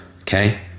okay